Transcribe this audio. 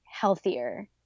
healthier